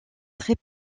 très